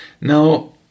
Now